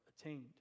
attained